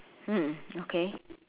mm okay